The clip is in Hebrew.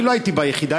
אני לא הייתי ביחידה,